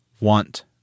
want